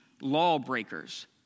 lawbreakers